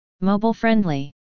mobile-friendly